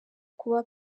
kuba